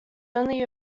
only